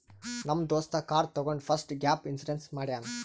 ನಮ್ ದೋಸ್ತ ಕಾರ್ ತಗೊಂಡ್ ಫಸ್ಟ್ ಗ್ಯಾಪ್ ಇನ್ಸೂರೆನ್ಸ್ ಮಾಡ್ಯಾನ್